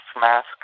mask